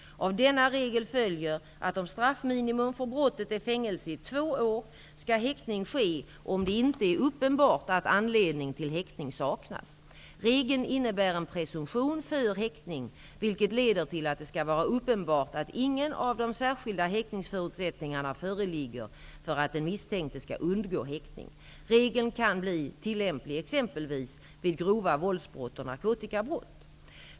Av denna regel följer att om straffminimum för brottet är fängelse i två år skall häktning ske om det inte är uppenbart att anledning till häktning saknas. Regeln innebär en presumtion för häktning, vilket leder till att det skall vara uppenbart att ingen av de särskilda häktningsförutsättningarna föreligger för att den misstänkte skall undgå häktning. Regeln kan bli tillämplig exempelvis vid grova våldsbrott och narkotikabrott.